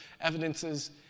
evidences